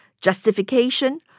justification